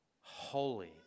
holy